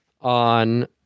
on